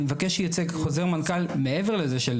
אני מבקש שייצא חוזר מנכ"ל מעבר לזה של